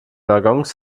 waggons